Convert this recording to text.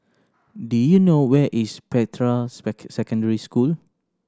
do you know where is Spectra Secondary School